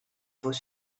vaux